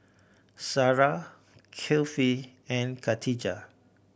Sarah Kifli and Khatijah